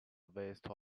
waste